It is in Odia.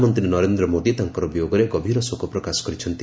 ପ୍ରଧାନମନ୍ତ୍ରୀ ନରେନ୍ଦ୍ର ମୋଦୀ ତାଙ୍କର ବିୟୋଗରେ ଗଭୀର ଶୋକପ୍ରକାଶ କରିଛନ୍ତି